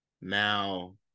Now